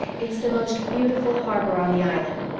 it's the most beautiful harbor on the island.